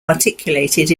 articulated